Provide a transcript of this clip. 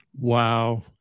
Wow